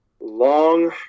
long